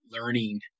learning